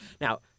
Now